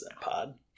Pod